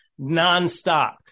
nonstop